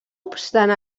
obstant